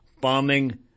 bombing